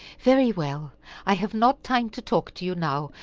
very well i have not time to talk to you now,